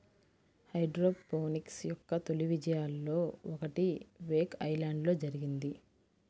hydroponics యొక్క తొలి విజయాలలో ఒకటి వేక్ ఐలాండ్లో జరిగింది